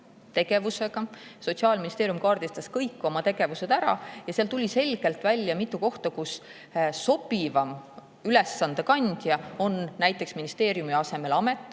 Sotsiaalministeerium kaardistas kõik oma tegevused ära ja sealt tuli selgelt välja mitu kohta, kus sobivam ülesande kandja on näiteks ministeeriumi asemel amet,